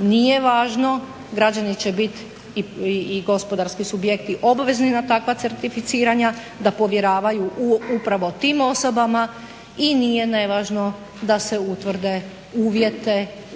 Nije važno, građani će biti i gospodarski subjekti obvezni na takva certificiranja da povjeravaju upravo tim osobama i nije nevažno da se utvrde